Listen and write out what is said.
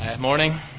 morning